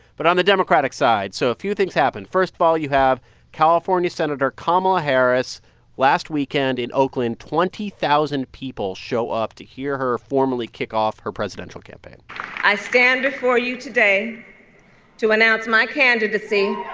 but on the democratic side, so a few things happened. first of all, you have california senator kamala harris last weekend in oakland. twenty thousand people show up to hear her formally kick off her presidential campaign i stand before you today to announce my candidacy